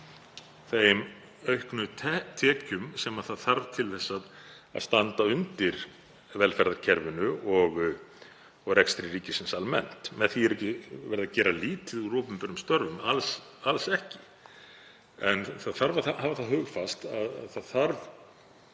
þeim auknu tekjum sem það þarf til að standa undir velferðarkerfinu og rekstri ríkisins almennt. Með því er ekki verið að gera lítið úr opinberum störfum, alls ekki, en hafa þarf hugfast að það þarf